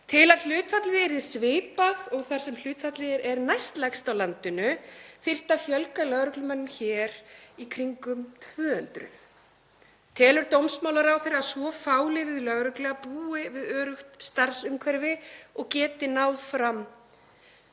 Til að hlutfallið yrði svipað og þar sem hlutfallið er næstlægst á landinu þyrfti að fjölga lögreglumönnum hér um í kringum 200. Telur dómsmálaráðherra að svo fáliðuð lögregla búi við öruggt starfsumhverfi og geti náð fram